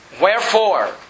Wherefore